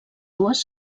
dues